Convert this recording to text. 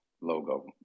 logo